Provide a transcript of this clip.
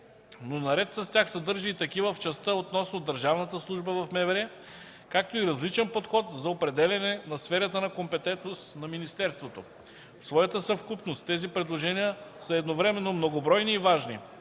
но наред с тях съдържа и такива в частта относно държавната служба в МВР, както и различен подход за определяне на сферата на компетентност на министерството. В своята съвкупност тези предложения са едновременно многобройни и важни,